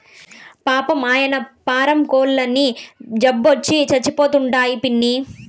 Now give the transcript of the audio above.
పాపం, ఆయన్న పారం కోల్లన్నీ జబ్బొచ్చి సచ్చిపోతండాయి పిన్నీ